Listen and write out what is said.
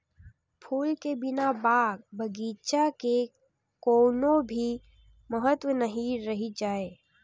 फूल के बिना बाग बगीचा के कोनो भी महत्ता नइ रहि जाए